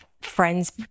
friends